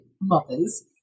mothers